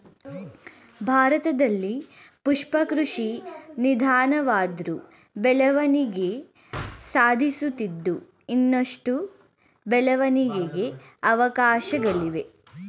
ಭಾರತದಲ್ಲಿ ಪುಷ್ಪ ಕೃಷಿ ನಿಧಾನವಾದ್ರು ಬೆಳವಣಿಗೆ ಸಾಧಿಸುತ್ತಿದ್ದು ಇನ್ನಷ್ಟು ಬೆಳವಣಿಗೆಗೆ ಅವಕಾಶ್ಗಳಿವೆ